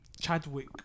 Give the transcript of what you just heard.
Chadwick